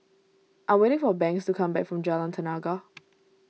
I'm waiting for Banks to come back from Jalan Tenaga